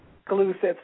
exclusive